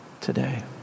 today